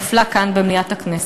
נפלה כאן במליאת הכנסת.